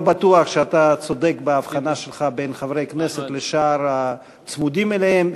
אני לא בטוח שאתה צודק בהבחנה שלך בין חברי כנסת לשאר הצמודים אליהם.